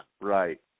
right